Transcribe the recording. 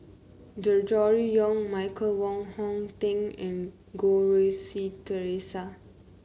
Gregory Yong Michael Wong Hong Teng and Goh Rui Si Theresa